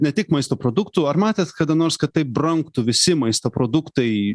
ne tik maisto produktų ar matėt kada nors kad taip brangtų visi maisto produktai